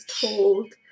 told